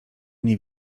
nie